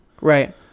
Right